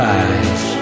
eyes